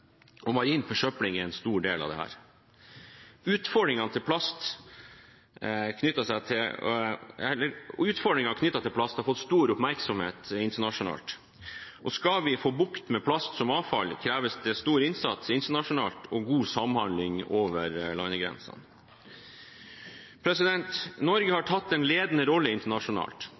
og marin forsøpling er en stor del av dette. Utfordringer knyttet til plast har fått stor oppmerksomhet internasjonalt, og skal vi få bukt med plast som avfall, kreves det stor innsats internasjonalt og god samhandling over landegrensene. Norge har tatt en ledende rolle internasjonalt.